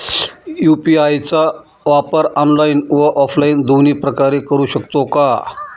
UPI चा वापर online व ऑफलाईन दोन्ही प्रकारे करु शकतो का?